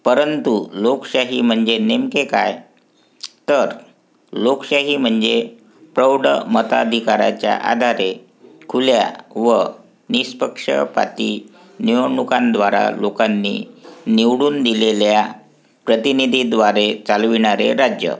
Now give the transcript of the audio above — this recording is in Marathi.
परंतु लोकशाही म्हणजे नेमके काय तर लोकशाही म्हणजे प्रौढ मताधिकाराच्या आधारे खुल्या व नि पक्षपाती निवडणुकांद्वारा लोकांनी निवडून दिलेल्या प्रतिनिधीद्वारे चालविणारे राज्य